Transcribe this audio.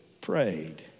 prayed